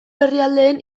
herrialdeen